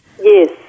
Yes